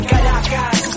Caracas